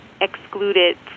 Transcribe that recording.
excluded